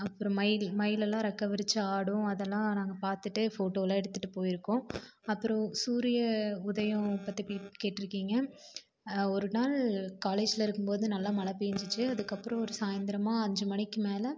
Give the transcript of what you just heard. அப்புறம் மயில் மயிலெல்லாம் றெக்கை விரித்து ஆடும் அதெல்லாம் நாங்கள் பார்த்துட்டு ஃபோட்டோலாம் எடுத்துகிட்டு போய்ருக்கோம் அப்புறம் சூரிய உதயம் பற்றி கேட்டுருக்கீங்க ஒரு நாள் காலேஜில் மழை இருக்கும் போது நல்லா மழை பேய்ஞ்சிச்சு அதுக்கு அப்புறம் ஒரு சாயந்திரமா அஞ்சு மணிக்கு மேலே